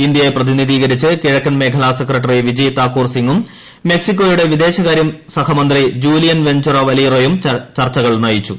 ഇന്ത്യയെ പ്രതിനിധീകരിച്ച് കിഴക്കൻ മേഖലാ സെക്രട്ടറ്റിം വിജെയ് താക്കൂർ സിങ്ങും മെക്സിക്കോയുടെ വിദേശകാര്യ സഹമന്ത്രി ജൂലിയ്ൻ വെൻചുറ വലീറോയും ചർച്ചകൾ നയിച്ചു